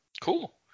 Cool